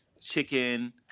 chicken